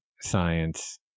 science